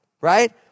Right